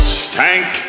stank